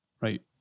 right